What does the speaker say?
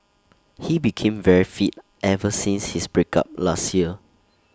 he became very fit ever since his break up last year